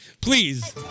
please